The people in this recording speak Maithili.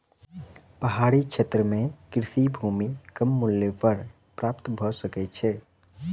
पहाड़ी क्षेत्र में कृषि भूमि कम मूल्य पर प्राप्त भ सकै छै